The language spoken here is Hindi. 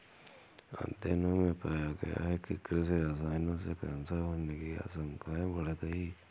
अध्ययनों में पाया गया है कि कृषि रसायनों से कैंसर होने की आशंकाएं बढ़ गई